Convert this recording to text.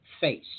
face